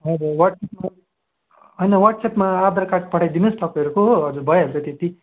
हजुर वाट्सएपमा होइन वाट्सएपमा आधार कार्ड पठाइदिनु होस् तपाईँहरूको हो हजुर भइहाल्छ त्यति